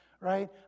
right